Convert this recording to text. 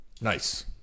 Nice